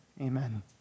amen